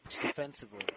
defensively